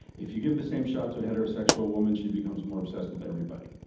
if you give the same shot to a heterosexual woman she becomes more obsessed with everybody.